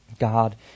God